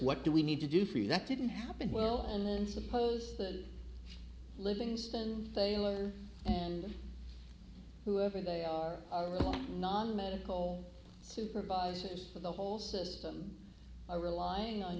what do we need to do for you that didn't happen well and then suppose the livingston taylor and whoever they are non medical supervisors for the whole system i rely